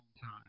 time